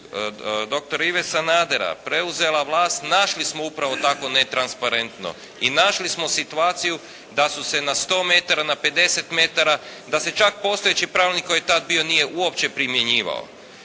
dr. Ive Sanadera preuzela vlast našli smo upravo tako netransparentno i našli smo situaciju da su se na 100 metara, na 50 metara, da se čak postojeći pravilnik koji je tada bio nije uopće primjenjivao.